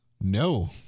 No